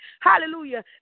Hallelujah